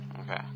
Okay